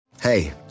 Hey